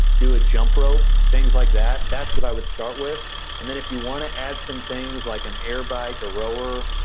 do a jump rope, things like that. that's what i would start with and then if you wanna add some things like an air bike, a rower,